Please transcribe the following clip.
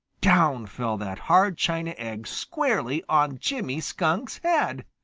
down fell that hard china egg squarely on jimmy skunk's head.